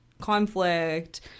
conflict